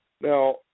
Now